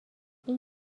این